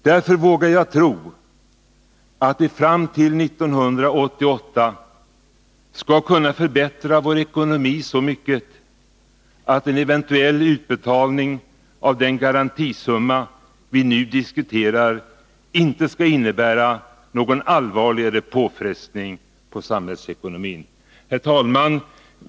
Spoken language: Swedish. Därför vågar jag tro att vi fram till 1988 skall kunna förbättra vår ekonomi så mycket att en eventuell utbetalning av den garantisumma vi nu diskuterar inte skall innebära någon allvarligare påfrestning på samhällsekonomin. Herr talman!